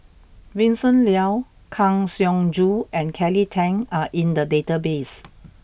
Vincent Leow Kang Siong Joo and Kelly Tang are in the database